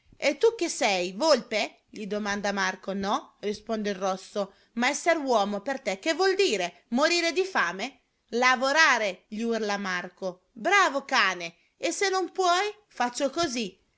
e tu che sei volpe gli domanda marco no risponde il rosso ma essere uomo per te che vuol dire morire di fame lavorare gli urla marco bravo cane e se non puoi faccio così